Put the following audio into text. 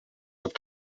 have